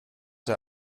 der